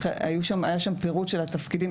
היה שם פירוט של התפקידים.